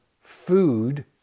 food